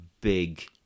big